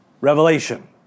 Revelation